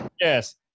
yes